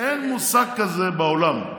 אין מושג כזה בעולם.